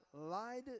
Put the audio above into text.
lied